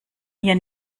hier